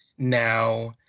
now